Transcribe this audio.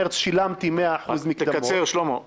מרץ שילמתי 100% מהמקדמות -- תקצר,